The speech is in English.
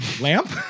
Lamp